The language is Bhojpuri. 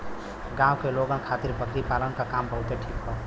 गांव के लोगन खातिर बकरी पालना क काम बहुते ठीक हौ